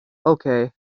okay